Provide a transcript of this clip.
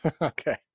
Okay